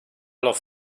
los